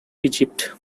egypt